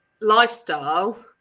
lifestyle